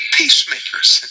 peacemakers